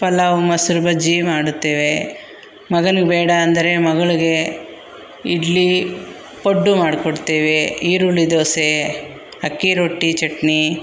ಪಲಾವ್ ಮೊಸ್ರು ಬಜ್ಜಿ ಮಾಡುತ್ತೇವೆ ಮಗಳು ಬೇಡ ಅಂದರೆ ಮಗಳಿಗೆ ಇಡ್ಲಿ ಪಡ್ಡು ಮಾಡಿಕೊಡ್ತೇವೆ ಈರುಳ್ಳಿ ದೋಸೆ ಅಕ್ಕಿ ರೊಟ್ಟಿ ಚಟ್ನಿ